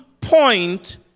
point